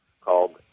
called